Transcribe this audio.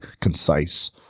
concise